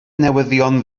newyddion